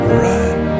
right